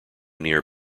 near